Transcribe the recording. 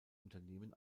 unternehmen